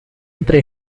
entre